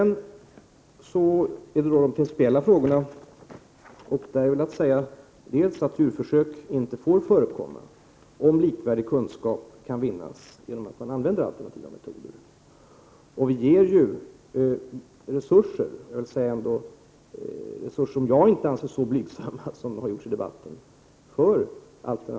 När det gäller de principiella frågorna vill jag säga att djurförsök inte får förekomma om likvärdig kunskap kan vinnas genom att man använder alternativa metoder. Vi ger resurser till detta. Jag anser inte att de resurser som ges till alternativa försök är så blygsamma som det har gjorts gällande i debatten.